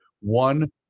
one